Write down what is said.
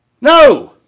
No